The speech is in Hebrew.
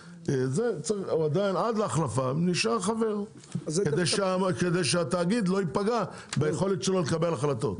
הוא עד להחלפה נשאר חבר כדי שהתאגיד לא ייפגע ביכולת שלו לקבל החלטות.